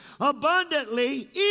abundantly